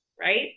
Right